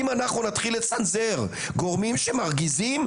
אם אנחנו נתחיל לצנזר גורמים שמרגיזים,